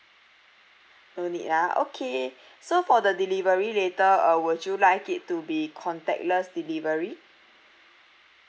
no need ah okay so for the delivery later uh would you like it to be contactless delivery